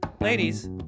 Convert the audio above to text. Ladies